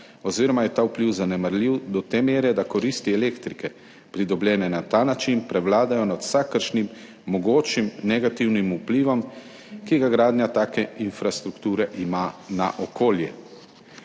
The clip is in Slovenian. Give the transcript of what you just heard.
oziroma je ta vpliv zanemarljiv do te mere, da koristi elektrike, pridobljene na ta način, prevladajo nad vsakršnim mogočim negativnim vplivom, ki ga gradnja take infrastrukture ima na okolje.